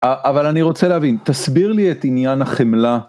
אבל אני רוצה להבין, תסביר לי את עניין החמלה.